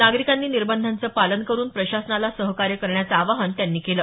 नागरिकांनी निर्बंधांचं पालन करून प्रशासनाला सहकार्य करण्याचं आवाहन त्यांनी केलं